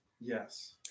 Yes